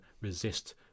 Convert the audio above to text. resist